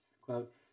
quote